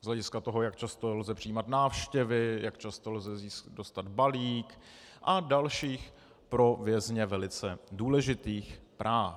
Z hlediska toho, jak často lze přijímat návštěvy, jak často lze dostat balík, a dalších pro vězně velice důležitých práv.